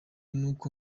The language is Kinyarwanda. nuko